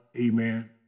amen